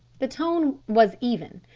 the tone was even,